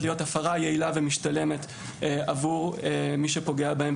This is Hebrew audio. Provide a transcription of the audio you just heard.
להיות הפרה יעילה ומשתלמת עבור מי שפוגע בהם.